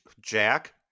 Jack